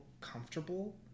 comfortable